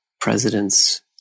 presidents